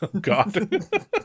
God